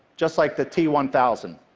just like the t one thousand.